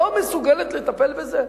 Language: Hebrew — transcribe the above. לא מסוגלת לטפל בזה?